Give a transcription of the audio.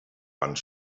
wand